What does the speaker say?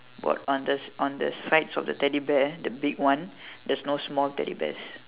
both on the on the sides of the teddy bear the big one there's no small teddy bears